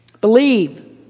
Believe